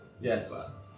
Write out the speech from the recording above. Yes